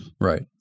right